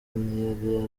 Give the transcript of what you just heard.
ntiyari